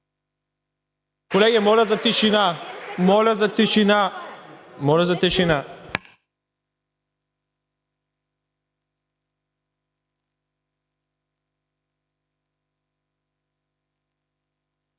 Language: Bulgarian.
Колеги, моля за тишина!